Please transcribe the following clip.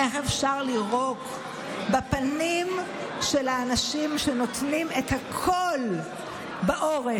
איך אפשר לירוק בפנים של האנשים שנותנים את הכול בעורף,